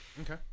okay